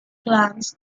plans